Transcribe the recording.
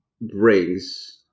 brings